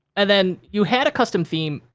and then, you had a custom theme,